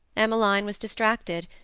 emmeline was distracted.